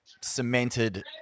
cemented